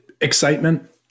Excitement